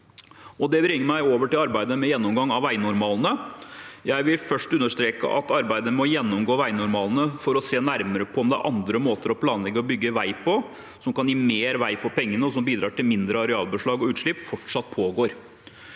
Det bringer meg over til arbeidet med gjennomgang av veinormalene. Jeg vil først understreke at arbeidet med å gjennomgå veinormalene for å se nærmere på om det er andre måter å planlegge og bygge vei på som kan gi mer vei for pengene, og som bidrar til mindre arealbeslag og utslipp, fortsatt pågår.